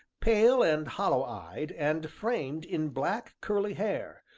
pale and hollow-eyed and framed in black curly hair,